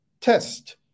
test